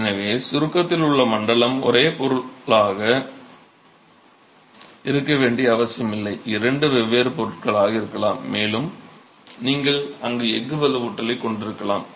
எனவே சுருக்கத்தில் உள்ள மண்டலம் ஒரே ஒரு பொருளாக இருக்க வேண்டிய அவசியமில்லை இரண்டு வெவ்வேறு பொருட்களாக இருக்கலாம் மேலும் நீங்கள் அங்கு எஃகு வலுவூட்டலைக் கொண்டிருக்கலாம்